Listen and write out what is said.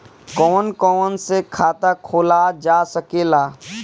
कौन कौन से खाता खोला जा सके ला?